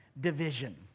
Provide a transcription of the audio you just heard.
Division